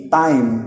time